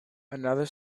another